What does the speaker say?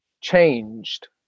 changed